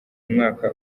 umwaka